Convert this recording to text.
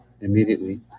Immediately